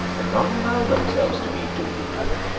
and not allow themselves to be deluded,